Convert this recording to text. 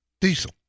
diesel